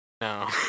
no